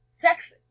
sex